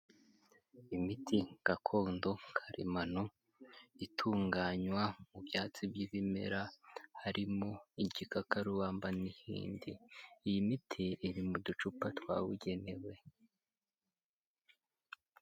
Imiti gakondo karemano itunganywa mu byatsi by'ibimera, harimo igikakarubamba n'ibindi, iyi miti iri mu ducupa twabugenewe.